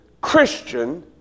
Christian